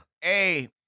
Hey